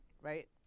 right